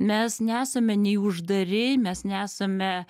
mes nesame nei uždari mes nesame